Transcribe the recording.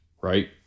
right